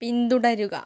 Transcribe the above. പിന്തുടരുക